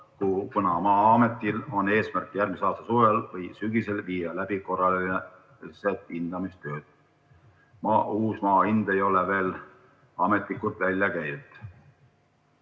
kuna ametil on eesmärk järgmise aasta suvel või sügisel viia läbi korralised hindamistööd. Uus maa hind ei ole veel ametlikult välja käidud.